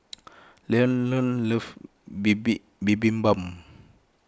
Lavonne loves Bibimbap